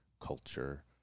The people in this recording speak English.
culture